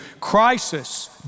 crisis